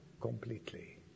completely